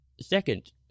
Second